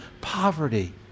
poverty